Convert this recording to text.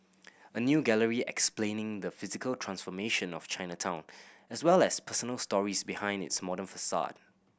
a new gallery explaining the physical transformation of Chinatown as well as personal stories behind its modern facade